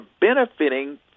benefiting